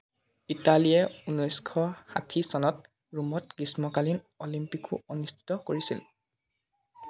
ইটালীয়ে ঊনৈছশ ষাঠি চনত ৰোমত গ্ৰীষ্মকালীন অলিম্পিকো অনুষ্ঠিত কৰিছিল